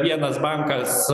vienas bankas